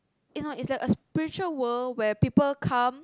is not is like a spiritual where people come